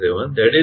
60 0